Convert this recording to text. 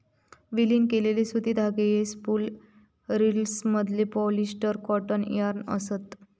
विलीन केलेले सुती धागे हे स्पूल रिल्समधले पॉलिस्टर कॉटन यार्न असत